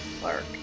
Clark